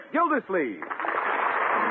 Gildersleeve